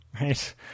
right